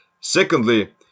Secondly